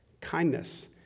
kindness